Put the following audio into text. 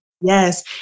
Yes